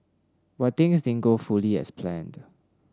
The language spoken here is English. but things didn't go fully as planned